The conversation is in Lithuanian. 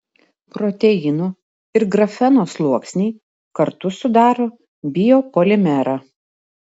proteinų ir grafeno sluoksniai kartu sudaro biopolimerą